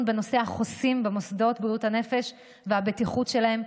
בנושא החוסים במוסדות בריאות הנפש והבטיחות שלהם,